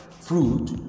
fruit